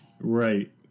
Right